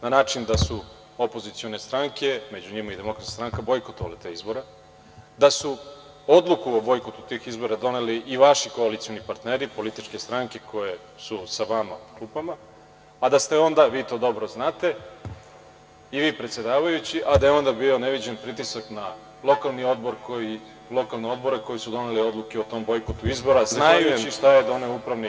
Na način da su opozicione stranke, među njima i Demokratska stranka, bojkotovale te izbore, da su odluku o bojkotu tih izbora doneli i vaši koalicioni partneri, političke stranke koje su sa vama u klupama, a da ste onda, vi to dobro znate, i vi predsedavajući, a da je onda bio neviđen pritisak na lokalne odbore koji su doneli odluke o tom bojkotu izbora, znajući šta je doneo…